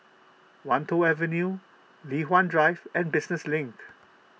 Wan Tho Avenue Li Hwan Drive and Business Link